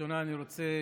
אני רוצה